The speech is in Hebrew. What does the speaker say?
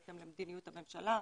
בהתאם למדיניות הממשלה,